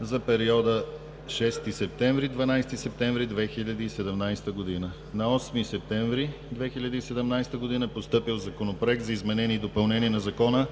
за периода 6-12 септември 2017 г. На 8 септември 2017 г. е постъпил Законопроект за изменение и допълнение на Закона